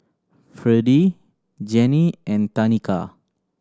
Fredie Janey and Tanika